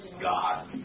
God